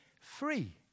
free